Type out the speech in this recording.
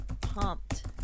pumped